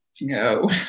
No